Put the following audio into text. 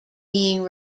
being